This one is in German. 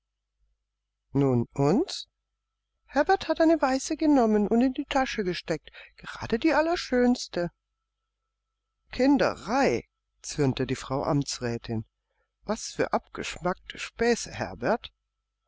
nun und herbert hat eine weiße genommen und in die tasche gesteckt gerade die allerschönste kinderei zürnte die frau amtsrätin was für abgeschmackte späße herbert